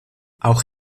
auch